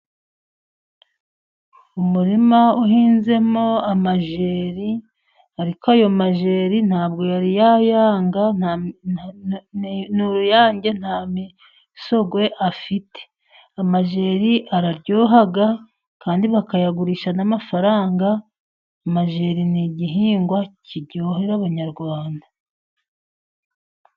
Umurima uhinzemo amajeri ariko ayo majeri ntabwo yari yayanga n'uruyange nta misogwe afite. Amajeri araryoha kandi bakayagurisha n'amafaranga, amajeri n'igihingwa kiryohera abanyarwanda.